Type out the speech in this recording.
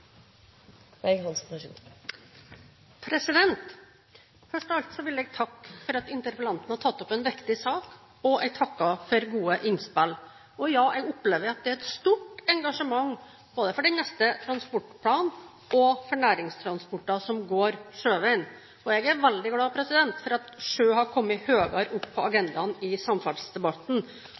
Først av alt vil jeg takke for at interpellanten har tatt opp en viktig sak, og jeg takker for gode innspill. Jeg opplever at det er stort engasjement både for den neste transportplanen og for næringstransporter som går sjøveien, og jeg er veldig glad for at sjø har kommet høyere opp på agendaen i samferdselsdebatten.